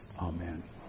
Amen